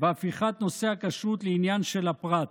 והפיכת נושא הכשרות לעניין של הפרט,